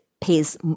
pays